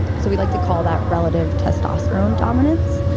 so, we like to call that relative testosterone dominance,